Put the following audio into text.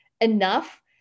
enough